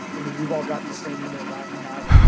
i mean you've all gotten the same emails i have.